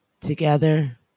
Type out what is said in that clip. Together